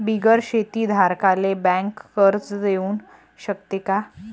बिगर शेती धारकाले बँक कर्ज देऊ शकते का?